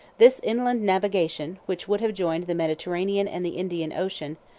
this inland navigation, which would have joined the mediterranean and the indian ocean,